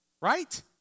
right